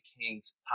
Kings